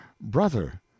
brother